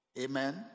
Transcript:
Amen